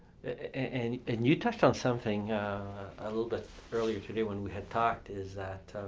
and and you touched on something a little bit earlier today, when we had talked, is that,